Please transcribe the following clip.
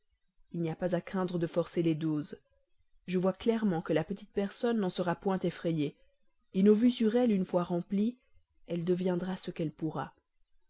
il n'y a pas à craindre de forcer les doses je vois clairement que la petite personne n'en sera pas effrayée nos vues sur elle une fois remplies elle deviendra ce qu'elle pourra